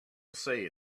say